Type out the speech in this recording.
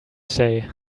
say